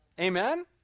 Amen